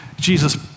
Jesus